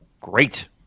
Great